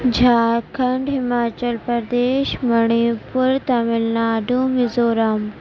Jharkhand Himachal Pradesh Manipur Tamil Nadu Mizoram